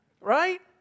Right